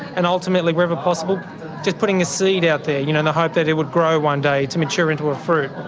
and ultimately wherever possible just putting a seed out there, you know in the hope that it would grow one day to mature into a fruit.